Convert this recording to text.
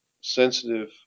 sensitive